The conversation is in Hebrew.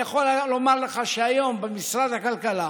אני יכול לומר לך שהיום במשרד הכלכלה,